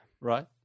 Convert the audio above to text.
Right